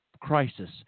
crisis